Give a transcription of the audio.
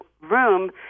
room